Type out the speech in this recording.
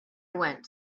went